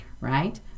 right